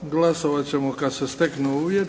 Glasovati ćemo kad se steknu uvjeti